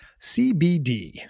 CBD